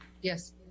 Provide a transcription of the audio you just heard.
Yes